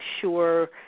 sure –